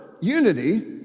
unity